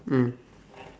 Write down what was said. mm